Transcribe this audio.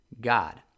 God